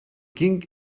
ging